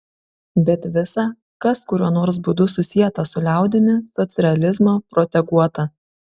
bet visa kas kuriuo nors būdu susieta su liaudimi socrealizmo proteguota